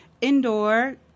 indoor